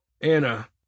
Anna